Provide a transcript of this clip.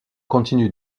continue